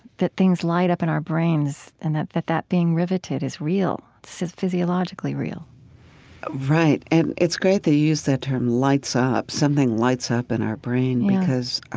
that things light up in our brains and that that that being riveted is real, it's physiologically real right. and it's great that you use that term lights up, something lights up in our brain. because,